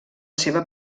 seva